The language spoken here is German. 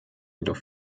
jedoch